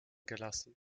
gelassen